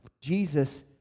Jesus